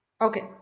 okay